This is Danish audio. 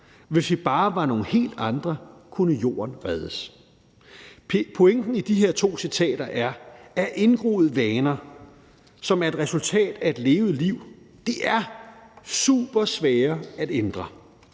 Ny rapport fra Klimarådet beder om mirakler.« Pointen i de her to citater er, at indgroede vaner, som er et resultat af et levet liv, er supersvære at ændre.